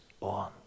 on